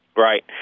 Right